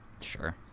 Sure